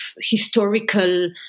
historical